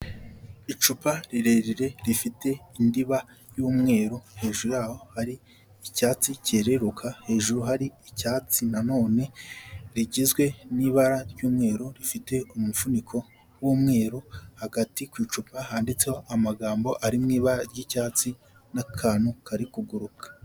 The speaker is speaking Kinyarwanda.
Icupa rirerire rifite indiba y'umweru, hejuru yaho hari icyatsi cyereruka, hejuru hari icyatsi nanone rigizwe n'ibara ry'umweru rifite umufuniko w'umweru, hagati ku icupa handitseho amagambo ari mu ibara ry'icyatsi n'akantu kari kuguruka.